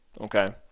Okay